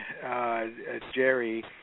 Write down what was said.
Jerry